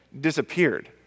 disappeared